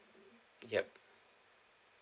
ya